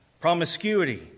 Promiscuity